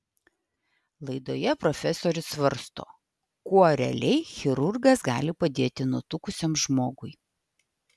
laidoje profesorius svarsto kuo realiai chirurgas gali padėti nutukusiam žmogui